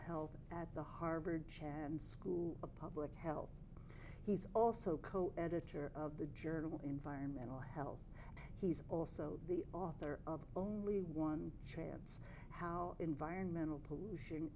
health at the harvard chand school of public health he's also coeditor of the journal environmental health he's also the author of only one chance how environmental pollution